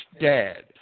dead